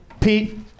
Pete